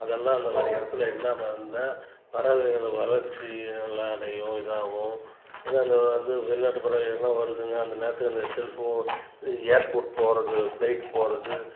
அதெல்லாம் அந்த மாதிரி இடத்துல இல்லாமல் இருந்தால் பறவைகள் வளர்ச்சி நல்லா அடையும் இதாகும் ஏன்னா அந்த வெளிநாட்டு பறவைங்கள்லாம் வருதுங்க அந்த நேரத்துக்கு அந்த செல் ஃபோன் ஏர்போர்ட் போகிறது ஃப்லைட் போகிறது